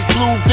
Blue